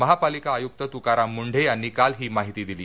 महापालिका आयुक्त तुकाराम मुंढे यांनी काल ही माहिती दिली